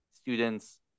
students